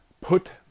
put